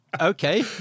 okay